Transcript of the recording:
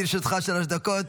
לרשותך שלוש דקות.